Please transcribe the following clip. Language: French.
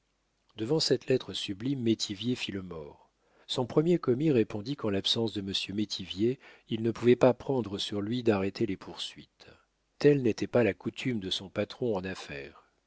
devant cette lettre sublime métivier fit le mort son premier commis répondit qu'en l'absence de monsieur métivier il ne pouvait pas prendre sur lui d'arrêter les poursuites telle n'était pas la coutume de son patron en affaires